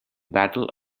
battle